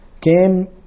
came